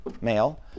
male